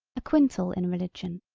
a quintal in religion,